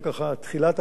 תחילת הגל,